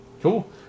Cool